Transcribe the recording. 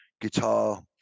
guitar